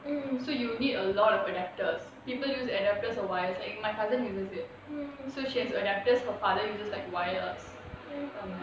so you'll need a lot of adapters people use adapters or wires my cousin uses it so she has adapters her father uses like wires then I'm like